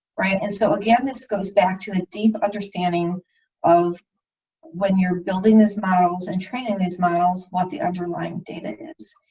right? and so again this goes back to a deep understanding of when you're building these models and training these models what the underlying data is.